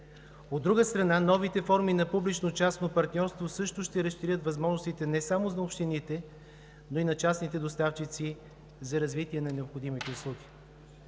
От друга страна, новите форми на публично-частно партньорство също ще разширят възможностите не само за общините, но и на частните доставчици за развитие на необходимите услуги.